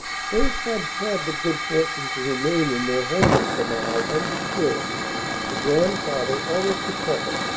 they had had the good fortune to remain in their home in famars undisturbed the grandfather almost decrepit.